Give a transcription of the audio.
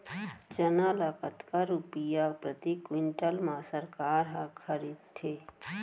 चना ल कतका रुपिया प्रति क्विंटल म सरकार ह खरीदथे?